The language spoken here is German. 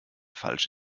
falsch